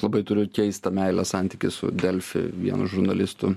labai turiu keistą meilės santykį su delfi vien žurnalistų